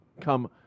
come